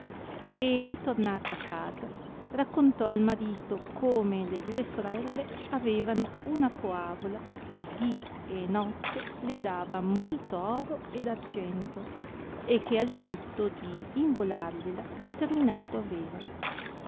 e ritornata a casa raccontò al marito come le due sorelle avevano una poavola che dì e notte le dava molto oro ed argento e che al tutto di involargliela determinato aveva